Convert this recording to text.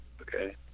okay